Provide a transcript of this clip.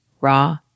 raw